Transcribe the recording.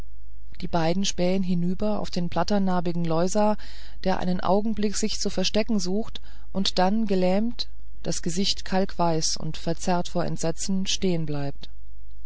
die beiden spähen hinüber auf den blatternarbigen loisa der einen augenblick sich zu verstecken sucht und dann gelähmt das gesicht kalkweiß und verzerrt vor entsetzen stehen